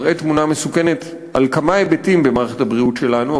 שמראה תמונה מסוכנת של כמה היבטים במערכת הבריאות שלנו.